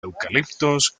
eucaliptos